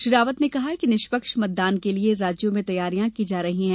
श्री रावत ने कहा कि निष्पक्ष मतदान के लिए राज्यों में तैयारियां की जा रही हैं